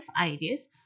ideas